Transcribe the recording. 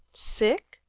sick?